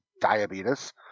diabetes